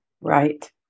Right